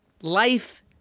life